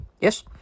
Yes